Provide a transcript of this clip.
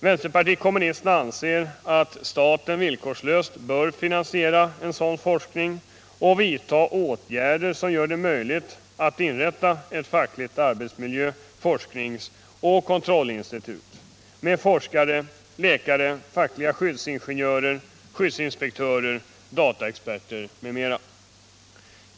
Vänsterpartiet kommunisterna anser att staten villkorslöst bör finansiera en sådan forskning och vidta åtgärder som gör det möjligt att inrätta ett fackligt arbetsmiljö-, forskningsoch kontrollinstitut med forskare, läkare, fackliga skyddsingenjörer och skyddsinspektörer, dataexperter m.m.